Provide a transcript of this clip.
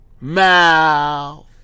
mouth